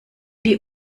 die